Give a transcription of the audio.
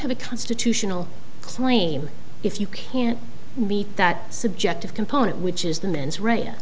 have a constitutional claim if you can't meet that subjective component which is the man's r